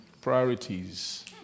Priorities